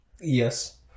Yes